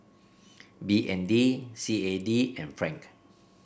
B N D C A D and Franc